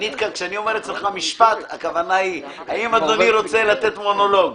כשאני אומר לך "משפט" הכוונה היא האם אדוני רוצה לתת מונולוג.